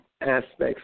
aspects